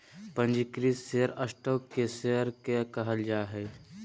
पंजीकृत share stock के share के कहल जा हइ